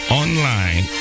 online